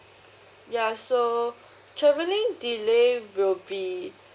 ya so travelling delay will be